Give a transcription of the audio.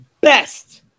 best –